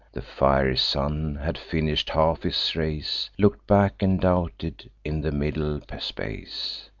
the fiery sun had finish'd half his race, look'd back, and doubted in the middle space,